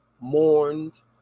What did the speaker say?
mourns